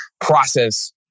process